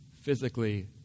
physically